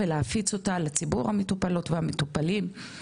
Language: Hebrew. ולהפיץ אותה לציבור המטופלות והמטופלים,